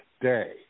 day